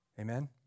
Amen